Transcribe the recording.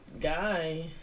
guy